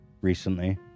recently